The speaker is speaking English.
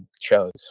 shows